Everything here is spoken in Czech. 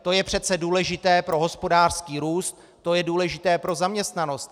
To je přece důležité pro hospodářský růst, to je důležité pro zaměstnanost.